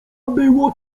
było